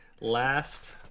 Last